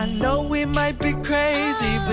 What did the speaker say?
ah know it might be crazy,